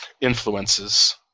influences